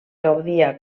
gaudia